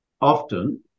often